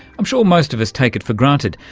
i'm sure most of us take it for granted,